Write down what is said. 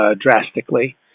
drastically